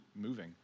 moving